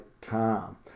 time